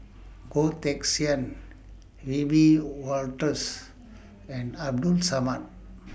Goh Teck Sian Wiebe Wolters and Abdul Samad